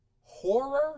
horror